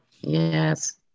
Yes